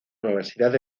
universidad